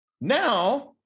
Now